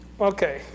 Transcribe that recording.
okay